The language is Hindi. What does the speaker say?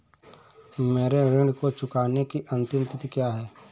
मेरे ऋण को चुकाने की अंतिम तिथि क्या है?